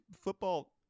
football